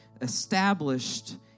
established